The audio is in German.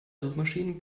suchmaschinen